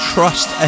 Trust